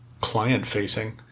client-facing